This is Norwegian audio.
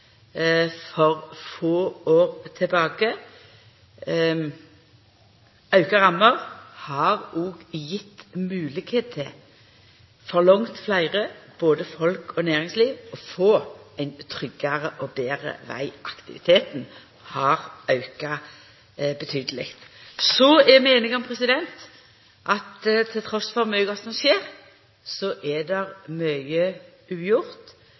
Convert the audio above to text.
for få år tilbake. Auka rammer har òg gjeve langt fleire, både folk og næringsliv, moglegheit til å få ein tryggare og betre veg. Aktiviteten har auka betydeleg. Så er vi einige om at trass i mykje godt som skjer, er det mykje ugjort.